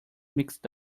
mixed